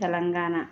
Telangana